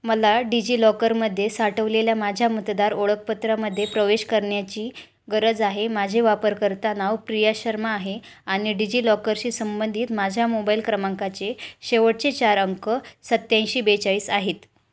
मला डिजिलॉकरमध्ये साठवलेल्या माझ्या मतदार ओळखपत्रामध्ये प्रवेश करण्याची गरज आहे माझे वापरकर्ता नाव प्रिया शर्मा आहे आणि डिजिलॉकरशी संबंधित माझ्या मोबाईल क्रमांकाचे शेवटचे चार अंक सत्त्याऐंशी बेचाळीस आहेत